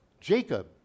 Jacob